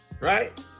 Right